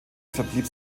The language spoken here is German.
verblieb